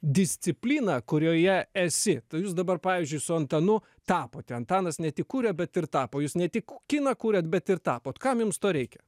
discipliną kurioje esi tai jūs dabar pavyzdžiui su antanu tapote antanas ne tik kuria bet ir tapo jūs ne tik kiną kuriat bet ir tapot kam jums to reikia